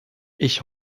ich